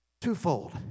Twofold